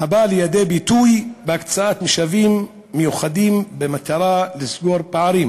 הבא לידי ביטוי בהקצאת משאבים מיוחדים במטרה לסגור פערים,